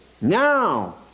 Now